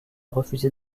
refusé